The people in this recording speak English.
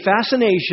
fascination